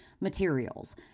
materials